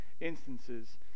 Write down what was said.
instances